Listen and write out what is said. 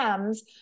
Ms